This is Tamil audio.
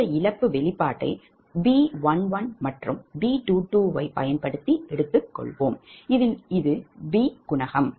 இந்த இழப்பு வெளிப்பாபாட்டை B11 மற்றும் B22 ஐ பயன்படுத்தி எடுத்துக்கொள்வோம் இதில் இது B குணகம்